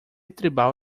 tribal